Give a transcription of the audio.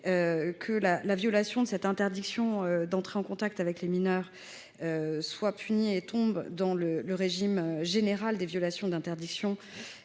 que la violation de cette interdiction d’entrer en contact avec des mineurs tombe dans le régime général des violations d’interdiction